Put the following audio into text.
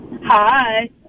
Hi